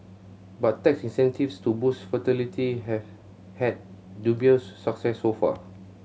but tax incentives to boost fertility have had dubious success so far